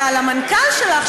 ועל המנכ"ל שלך,